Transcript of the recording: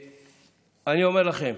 ואני אומר לכם,